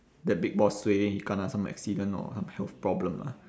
the big boss suay he kena some accident or some health problem lah